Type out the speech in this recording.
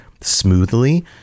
smoothly